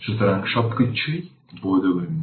সুতরাং সবকিছুও বোধগম্য